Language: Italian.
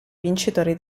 vincitori